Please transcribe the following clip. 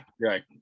Right